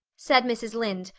said mrs. lynde,